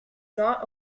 not